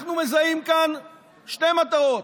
אנחנו מזהים כאן שתי מטרות: